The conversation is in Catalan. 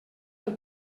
del